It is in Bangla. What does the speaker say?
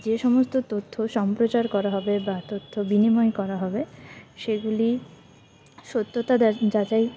যে সমস্ত তথ্য সম্প্রচার করা হবে বা তথ্য বিনিময় করা হবে সেগুলি সত্যতা যাচাই